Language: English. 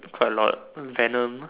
quite a lot Venom